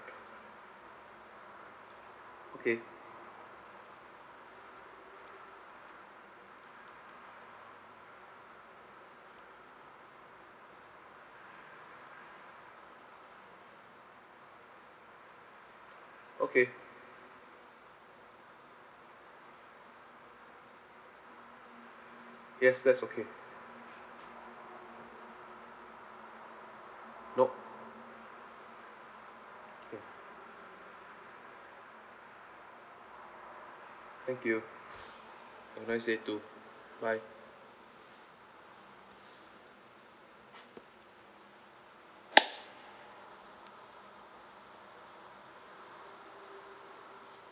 okay okay yes that's okay nope thank you have a nice day too bye